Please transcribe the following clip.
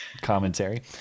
commentary